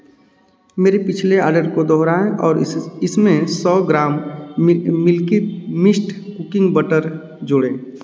मेरे पिछले आर्डर को दोहराएँ और इसमें सौ gram Milky Mist cooking butter जोड़ें